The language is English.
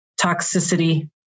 toxicity